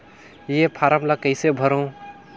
ये फारम ला कइसे भरो?